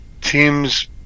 teams